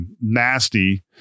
nasty